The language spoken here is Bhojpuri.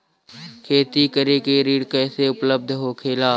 खेती करे के ऋण कैसे उपलब्ध होखेला?